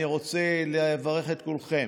אני רוצה לברך את כולכם